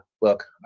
look